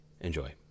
Enjoy